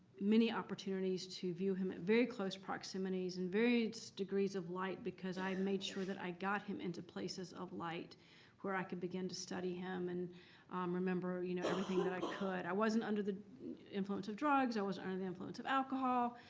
many opportunities to view him at very close proximities in various degrees of light. because i made sure that i got him into places of light where i could begin to study him and remember you know everything that i could. i wasn't under the influence of drugs. i wasn't under the influence of alcohol.